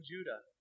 Judah